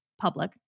public